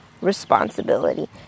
responsibility